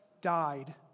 died